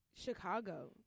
Chicago